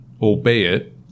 albeit